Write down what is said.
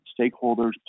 stakeholders